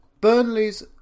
Burnley's